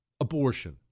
abortion